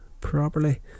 properly